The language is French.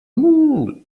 monde